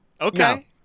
Okay